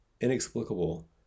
inexplicable